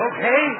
Okay